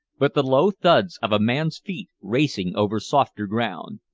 but the low thuds of a man's feet racing over softer ground.